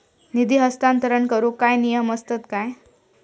निधी हस्तांतरण करूक काय नियम असतत काय?